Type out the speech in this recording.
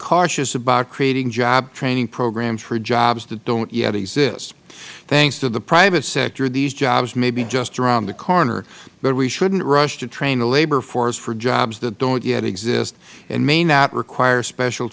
cautious about creating job training programs for jobs that don't yet exist thanks to the private sector these jobs may be just around the corner but we shouldn't rush to train the labor force for jobs that don't yet exist and may not require special